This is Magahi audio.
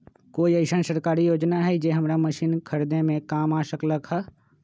कोइ अईसन सरकारी योजना हई जे हमरा मशीन खरीदे में काम आ सकलक ह?